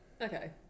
Okay